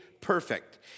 perfect